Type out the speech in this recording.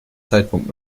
zeitpunkt